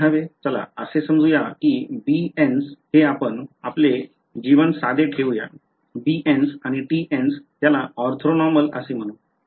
चला असे समजू या की bn's हे आपण आपले जीवन साधे ठेवूया bn's आणि tn's त्याला ऑर्थोनॉर्मल असे म्हणू